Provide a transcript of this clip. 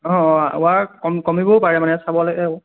অঁ অঁ ৱাইৰ কম কমিবও পাৰে মানে চাবলৈ হ'ব